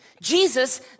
Jesus